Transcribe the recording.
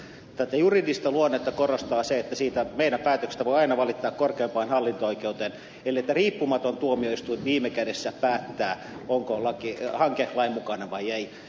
tätä juridista luonnetta korostaa se että meidän päätöksestämme voi aina valittaa korkeimpaan hallinto oikeuteen eli riippumaton tuomioistuin viime kädessä päättää onko hanke lainmukainen vai ei